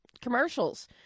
Commercials